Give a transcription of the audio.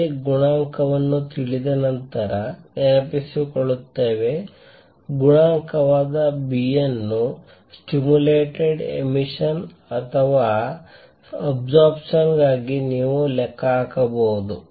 A ಗುಣಾಂಕವನ್ನು ತಿಳಿದ ನಂತರ ನೆನಪಿಸಿಕೊಳ್ಳುತ್ತವೆ ಗುಣಾಂಕವಾದ B ಅನ್ನು ಸ್ಟಿಮುಲೇಟೆಡ್ ಎಮಿಷನ್ ಅಥವಾ ಅಬ್ಸರ್ಪ್ಷನ್ ಗಾಗಿ ನೀವು ಲೆಕ್ಕ ಹಾಕಬಹುದು